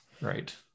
Right